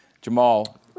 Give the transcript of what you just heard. Jamal